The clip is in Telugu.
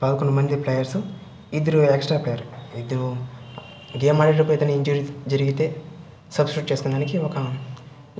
పదకుండు మంది ప్లేయర్సు ఇద్దరు ఎక్స్ట్రా ప్లేయరు గేమ్ ఆడేటప్పుడు ఏదైనా ఇంజ్యురీ జ జరిగితే సబ్ట్యూట్ చేసుకోడానికి ఒక